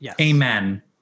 Amen